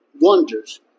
wonders